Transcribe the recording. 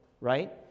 right